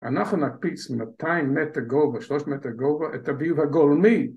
אנחנו נקפיץ 200 מטר גובה, 300 מטר גובה, את הביוב הגולמי